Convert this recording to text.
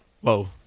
Whoa